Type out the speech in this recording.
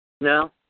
No